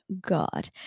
God